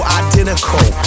identical